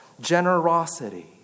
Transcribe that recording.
generosity